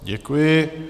Děkuji.